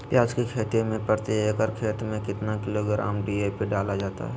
प्याज की खेती में प्रति एकड़ खेत में कितना किलोग्राम डी.ए.पी डाला जाता है?